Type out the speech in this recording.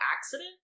accident